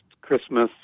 Christmas